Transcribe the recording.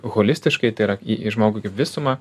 holistiškai tai yra į į žmogų kaip visumą